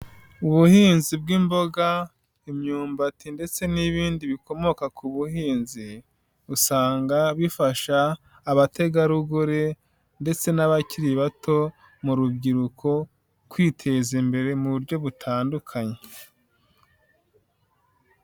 Ubuhinzi bw'imboga, imyumbati ndetse n'ibindi bikomoka ku buhinzi, usanga bifasha abategarugori ndetse n'abakiri bato mu rubyiruko kwiteza imbere mu buryo butandukanye.